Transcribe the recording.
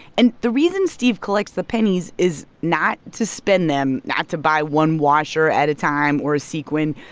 and the reason steve collects the pennies is not to spend them, not to buy one washer at a time or a sequin.